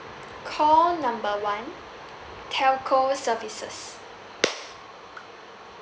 call number one telco services